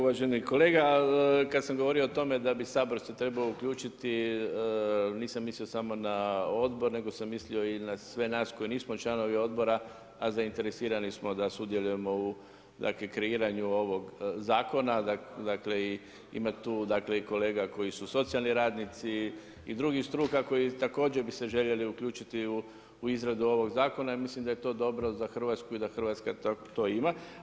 Uvaženi kolega, kada sam govorio o tome da bi Sabor se trebao uključiti nisam mislio samo na odbor nego sam mislio i na sve nas koji nismo članovi odbora a zainteresirani smo da sudjelujemo u dakle kreiranju ovog zakona, dakle i ima tu i kolega koji su socijalni radnici i drugih struka koji također bi se željeli uključiti u izradu ovog zakona i mislim da je to dobro za Hrvatsku i da Hrvatska to ima.